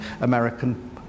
American